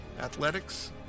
Athletics